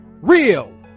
Real